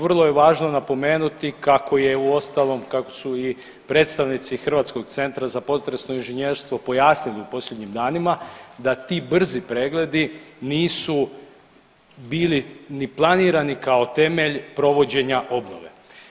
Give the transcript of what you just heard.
Vrlo je važno napomenuti kako je uostalom, kako su i predstavnici Hrvatskog centra za potresno inženjerstvo pojasnili u posljednjim danima da ti brzi pregledi nisu bili ni planirani kao temelj provođenja obnove.